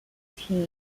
team